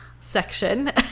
section